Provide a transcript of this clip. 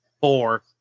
Four